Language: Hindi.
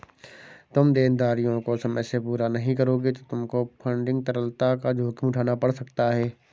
तुम देनदारियों को समय से पूरा नहीं करोगे तो तुमको फंडिंग तरलता का जोखिम उठाना पड़ सकता है